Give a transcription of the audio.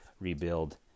rebuild